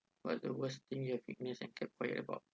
what the worst thing you have witnessed and kept quiet about